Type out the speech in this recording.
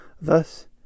Thus